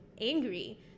angry